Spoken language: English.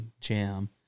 jam